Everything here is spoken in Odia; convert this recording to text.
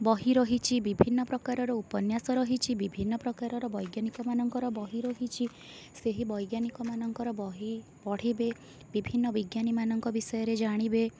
ବହି ରହିଛି ବିଭିନ୍ନ ପ୍ରକାରର ଉପନ୍ୟାସ ରହିଛି ବିଭିନ୍ନ ପ୍ରକାରର ବୈଜ୍ଞାନିକ ମାନଙ୍କର ବହି ରହିଛି ସେହି ବୈଜ୍ଞାନିକ ମାନଙ୍କର ବହି ପଢ଼ିବେ ବିଭିନ୍ନ ବିଜ୍ଞାନୀ ମାନଙ୍କ ବିଷୟରେ ଜାଣିବେ